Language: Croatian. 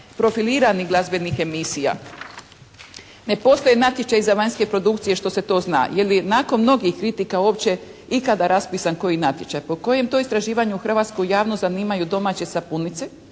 profiliranih glazbenih emisija. Ne postoje natječaji za vanjske produkcije što se to zna. Je li nakon mnogih kritika uopće ikada raspisan koji natječaj? Po kojem to istraživanju hrvatsku javnost zanimaju domaće sapunice?